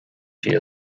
siad